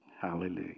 Hallelujah